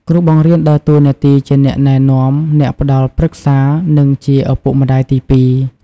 គ្រូបង្រៀនដើរតួនាទីជាអ្នកណែនាំ អ្នកផ្តល់ប្រឹក្សា និងជាឪពុកម្តាយទីពីរ។